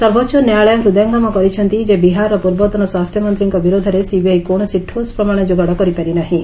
ସର୍ବୋଚ୍ଚ ନ୍ୟାୟାଳୟ ହୃଦୟଙ୍ଗମ କରିଛନ୍ତି ଯେ ବିହାରର ପୂର୍ବତନ ସ୍ୱାସ୍ଥ୍ୟମନ୍ତ୍ରୀଙ୍କ ବିରୋଧରେ ସିବିଆଇ କୌଣସି ଠୋସ୍ ପ୍ରମାଣ ଯୋଗାଡ଼ କରିପାରି ନାହିଁ